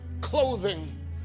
clothing